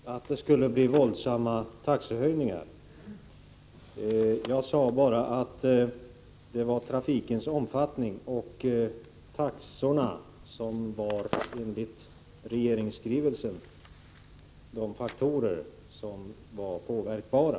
Fru talman! Jag har inte, Agne Hansson, sagt att det skulle bli våldsamma taxehöjningar. Jag sade bara att trafikens omfattning och taxorna enligt regeringsskrivelsen var de faktorer som var påverkbara.